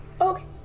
Okay